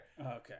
Okay